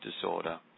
disorder